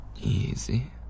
Easy